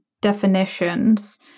definitions